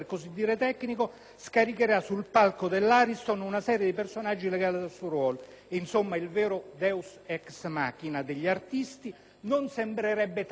«scaricherà» sul palco dell'Ariston una serie di personaggi legati al suo ruolo. Insomma, il vero *deus ex machina* degli artisti non sembrerebbe tanto la RAI,